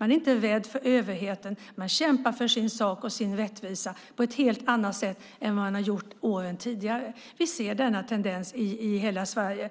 Man är inte rädd för överheten. Man kämpar för sin sak och sin rättvisa på ett helt annat sätt än man har gjort tidigare. Denna tendens ser vi i hela Sverige.